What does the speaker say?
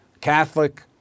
Catholic